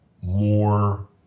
more